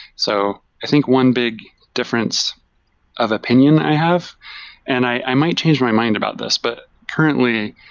so i think one big difference of opinion i have and i might change my mind about this. but currently,